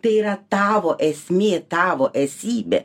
tai yra tavo esmė tavo esybė